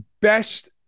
best